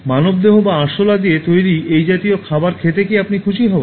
মানবদেহ বা আরশোলা দিয়ে তৈরি এই জাতীয় খাবার খেতে কি আপনি খুশি হবেন